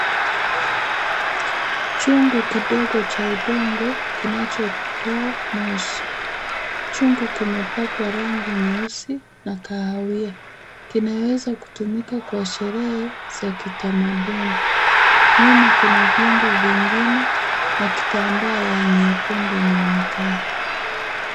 Chungu kidogo cha udongo kinachotoa moshi. Chungu klimepakwa rangi nyeusi na kahawia, zinzweza kutumika kwa sherehe za kitamaduni. Nyuma kuna vyungu vingine na kitambaa ya nyekundu inaonekana.